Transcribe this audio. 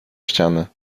ściany